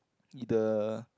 either